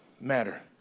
matter